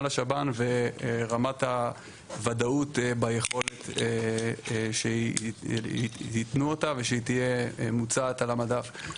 לשב"ן ורמת הוודאות ביכולת שייתנו אותה ושהיא תהיה מוצעת על המדף.